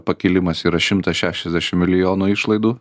pakilimas yra šimtas šešiasdešim milijonų išlaidų